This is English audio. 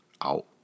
out